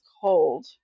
cold